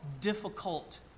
difficult